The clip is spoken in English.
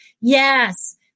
Yes